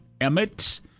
Emmett